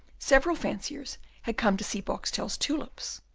several fanciers had come to see boxtel's tulips.